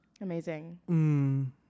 Amazing